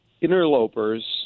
interlopers